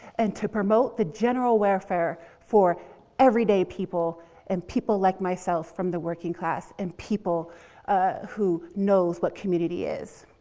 and to promote the general welfare for everyday people and people like myself from the working class, and people who knows what community is.